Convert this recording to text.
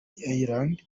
ireland